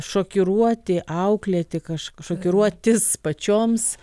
šokiruoti auklėti kažk šokiruotis pačioms